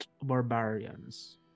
Barbarians